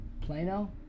Plano